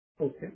Okay